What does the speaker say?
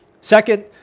Second